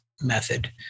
method